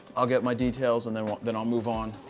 i'll get my details and then then i'll move on.